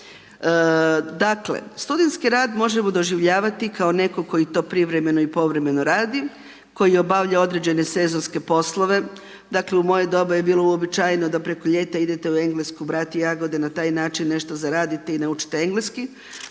Dakle, studentski rad možemo doživljavati kao netko koji to privremeno i povremeno radi, koji obavlja određene sezonske poslove. Dakle u moje doba je bilo uobičajeno da preko ljeta idete u Englesku brati jagode, na taj način nešto zaradite i naučite engleski.